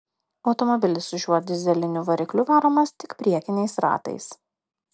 automobilis su šiuo dyzeliniu varikliu varomas tik priekiniais ratais